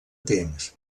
temps